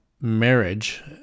marriage